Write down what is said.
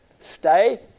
stay